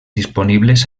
disponibles